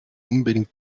unbedingt